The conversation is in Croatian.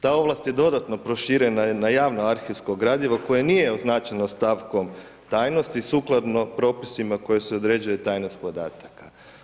Ta ovlast je dodatno proširena na javno akcijsko gradivo, koje nije označeno stavkom tajnosti, sukladno propustima koji se određuje tajnost podataka.